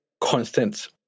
constant